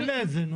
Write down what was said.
אין לה את זה.